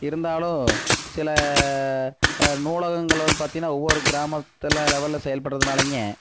இருந்தாலும் சில நூலகங்கள் வந்து பார்த்தீங்கன்னா ஒவ்வொரு கிராமத்தில் லெவலில் செயல்படுகிறதுனாலைங்க